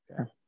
Okay